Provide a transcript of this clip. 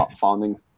founding